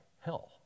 hell